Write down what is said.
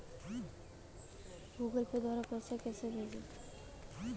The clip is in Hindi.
गूगल पे द्वारा पैसे कैसे भेजें?